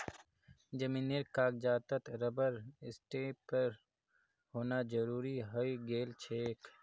जमीनेर कागजातत रबर स्टैंपेर होना जरूरी हइ गेल छेक